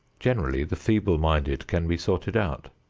generally the feeble-minded can be sorted out.